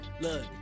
look